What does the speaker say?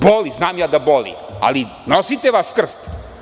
Boli, znam ja da boli, ali nosite vaš krst.